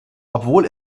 obwohl